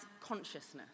consciousness